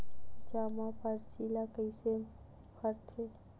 जमा परची ल कइसे भरथे?